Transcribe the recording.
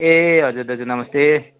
ए हजुर दाजु नमस्ते